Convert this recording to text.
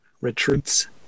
retreats